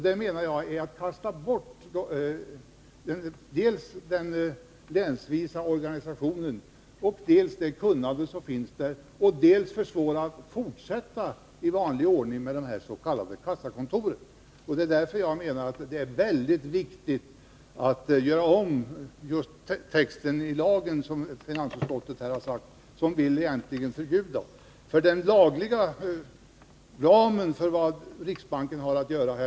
Det menar jag är att kasta bort den länsvisa organisationen och det kunnande som finns där och dessutom att försvåra att fortsätta i vanlig ordning med dessa s.k. kassakontor. Det är därför jag menar att det är väldigt viktigt att göra om lagtexten. Det finns en laglig ram för vad riksbanken har att göra.